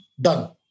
done